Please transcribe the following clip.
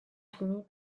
fini